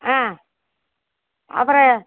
ஆ அப்புறம்